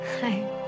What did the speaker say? Hi